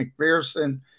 McPherson